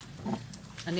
לכולם,